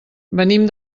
venim